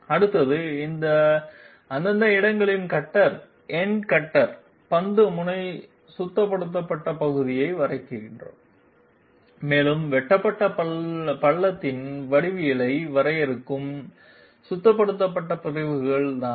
அடுத்து இந்த அந்தந்த இடங்களில் கட்டர் எண்ட் கட்டர் பந்து முனையின் சுத்தப்படுத்தப்பட்ட பகுதியை வரைகிறோம் மேலும் வெட்டப்பட்ட பள்ளத்தின் வடிவவியலை வரையறுக்கும் சுத்தப்படுத்தப்பட்ட பிரிவுகள் தான்